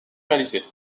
réalisé